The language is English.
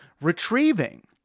retrieving